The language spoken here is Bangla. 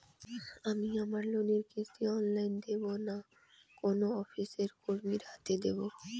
আমি আমার লোনের কিস্তি অনলাইন দেবো না কোনো অফিসের কর্মীর হাতে দেবো?